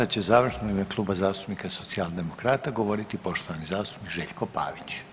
Sad će završno u ime Kluba zastupnika Socijaldemokrata govoriti poštovani zastupnik Željko Pavić.